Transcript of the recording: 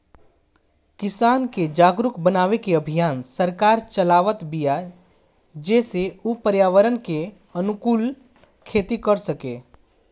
किसान के जागरुक बनावे के अभियान सरकार चलावत बिया जेसे उ पर्यावरण के अनुकूल खेती कर सकें